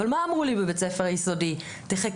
אבל מה אמרו לי בבית ספר היסודי - תחכי,